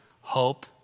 Hope